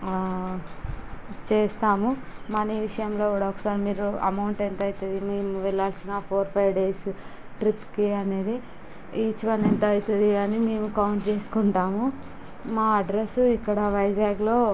చేస్తాము మనీ విషయంలో కూడా ఒకసారి మీరు అమౌంట్ ఎంత అవుతుంది మేము వెళ్ళాల్సిన ఫోర్ ఫైవ్ డేస్ ట్రిప్కి అనేది ఈచ్ వన్ ఎంత అవుతుంది అని మేము కౌంట్ చేసుకుంటాము మా అడ్రస్ ఇక్కడ వైజాగ్లో